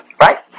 Right